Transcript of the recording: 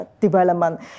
development